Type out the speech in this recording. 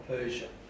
Persia